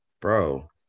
bro